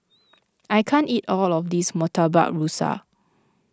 I can't eat all of this Murtabak Rusa